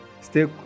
stay